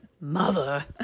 Mother